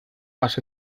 más